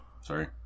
Sorry